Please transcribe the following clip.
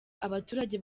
abaturage